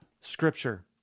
scripture